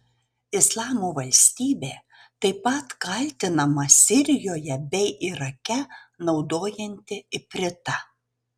islamo valstybė taip pat kaltinama sirijoje bei irake naudojanti ipritą